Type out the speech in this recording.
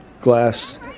glass